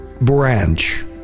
branch